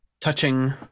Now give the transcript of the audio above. Touching